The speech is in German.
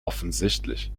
offensichtlich